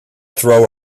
throw